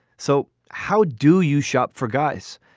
so how do you shop for guys?